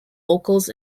locals